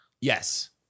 Yes